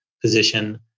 position